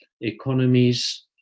economies